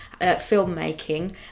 filmmaking